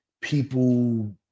people